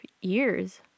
years